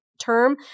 term